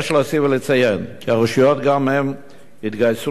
יש להוסיף ולציין כי הרשויות גם הן התגייסו